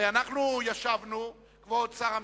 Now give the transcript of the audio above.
הרי ישבנו, כבוד שר המשפטים,